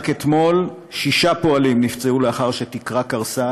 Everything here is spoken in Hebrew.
רק אתמול שישה פועלים נפצעו לאחר שתקרה קרסה